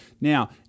Now